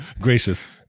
Gracious